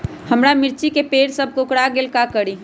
हमारा मिर्ची के पेड़ सब कोकरा गेल का करी?